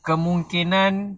kemungkinan